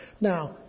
Now